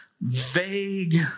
vague